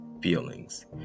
feelings